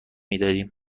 میداریم